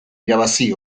irabazi